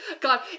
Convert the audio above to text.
God